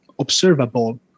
observable